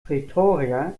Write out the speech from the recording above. pretoria